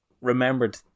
remembered